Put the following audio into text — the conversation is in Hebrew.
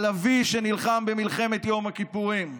על אבי שנלחם במלחמת יום הכיפורים,